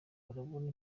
ukabona